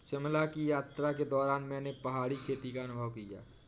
शिमला की यात्रा के दौरान मैंने पहाड़ी खेती का अनुभव किया